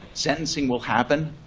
sentencing will happen.